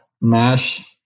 mash